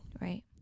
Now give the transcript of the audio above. right